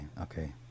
Okay